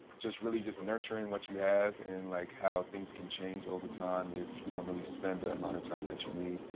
just really just nurturing what you have, and, like, how things can change over time if you don't really spend the amount of time that you need,